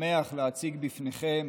ושמח להציג בפניכם